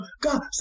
God